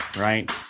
Right